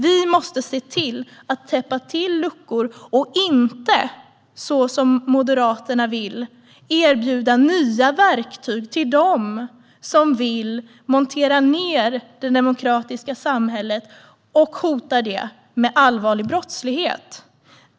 Vi måste se till att täppa till luckor och inte så som Moderaterna vill erbjuda nya verktyg till dem som vill montera ned det demokratiska samhället och hotar det med allvarlig brottslighet.